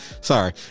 sorry